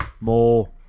more